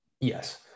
yes